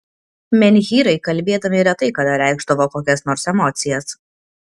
menhyrai kalbėdami retai kada reikšdavo kokias nors emocijas